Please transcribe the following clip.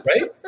Right